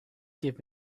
give